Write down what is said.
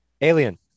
alien